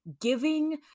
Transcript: giving